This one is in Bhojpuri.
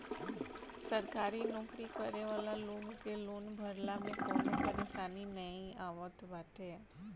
सरकारी नोकरी करे वाला लोग के लोन भरला में कवनो परेशानी नाइ आवत बाटे